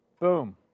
boom